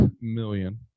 million